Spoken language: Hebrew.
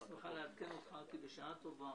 אני שמחה לעדכן אותך כי בשעה טובה